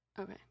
Okay